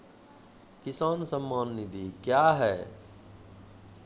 किसान सम्मान निधि क्या हैं?